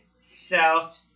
south